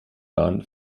waren